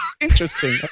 interesting